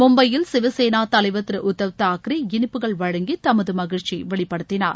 மும்பையில் சிவசேனா தலைவர் திரு உத்தவ் தாக்கரே இனிப்புகள் வழங்கி தமது மகிழ்ச்சியை வெளிப்படுத்தினார்